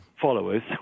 followers